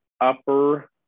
upper